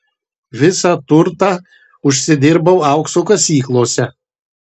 visą turtą užsidirbau aukso kasyklose